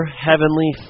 Heavenly